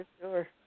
sure